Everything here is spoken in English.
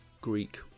greek